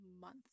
month